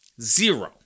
zero